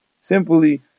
Simply